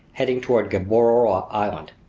heading toward gueboroa island.